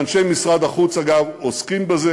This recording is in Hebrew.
ואנשי משרד החוץ, אגב, עוסקים בזה,